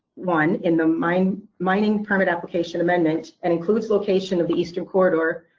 one in the mining mining permit application amendment, and includes location of the eastern corridor,